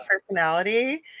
personality